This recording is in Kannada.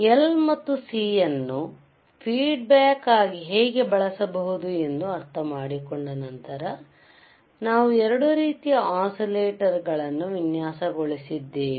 L ಮತ್ತು C ಅನ್ನು ಫೀಡ್ ಬ್ಯಾಕ್ ಆಗಿ ಹೇಗೆ ಬಳಸಬಹುದು ಎಂದು ಅರ್ಥಮಾಡಿಕೊಂಡ ನಂತರ ನಾವು 2 ರೀತಿಯ ಒಸಿಲೇಟಾರ್ಗಳನ್ನು ವಿನ್ಯಾಸಗೊಳಿಸಿದ್ದೇವೆ